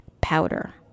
powder